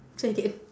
say again